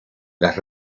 las